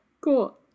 cool